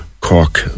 Cork